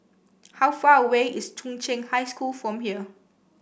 how far away is Chung Cheng High School from here